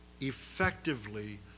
effectively